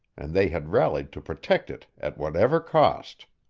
and they had rallied to protect it at whatever cost.